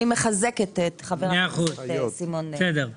אני מחזקת את חבר הכנסת דוידסון.